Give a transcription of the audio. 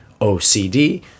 OCD